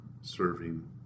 serving